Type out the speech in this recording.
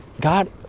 God